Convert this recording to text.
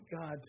God